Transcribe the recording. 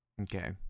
Okay